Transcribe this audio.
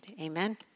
Amen